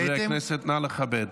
חברי הכנסת, נא לכבד.